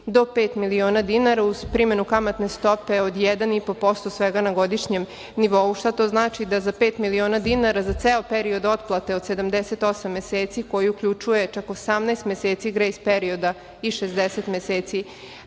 do pet miliona dinara uz primenu kamatne stope od 1,5% svega na godišnjem nivou. Šta to znači? Da za pet miliona dinara da za ceo period otplate od 78 meseci koji uključuje 18 meseci grejs perioda i 60 meseci